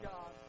God